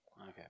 Okay